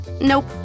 Nope